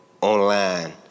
online